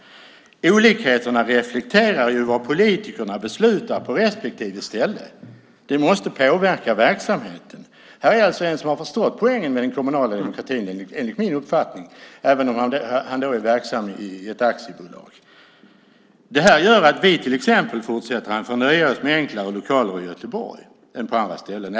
Olikheterna reflekterar vad politikerna beslutar på respektive ställe. Det måste påverka verksamheten. Detta är alltså en person som har förstått poängen med den kommunala demokratin, enligt min uppfattning, även om han är verksam i ett aktiebolag. Det här gör att vi till exempel, fortsätter han, får nöja oss med enklare lokaler i Göteborg än på andra ställen.